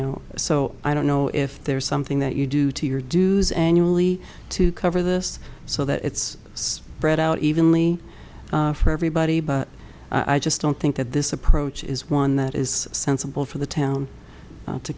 know so i don't know if there's something that you do to your dues annually to cover this so that it's spread out evenly for everybody but i just don't think that this approach is one that is sensible for the town